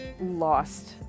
lost